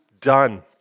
done